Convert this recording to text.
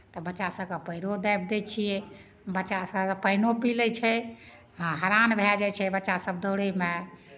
तऽ बच्चा सभकेँ पएरो दाबि दै छियै बच्चा सभके पानिओ पी लै छै आ हरान भए जाइ छै बच्चासभ दौड़यमे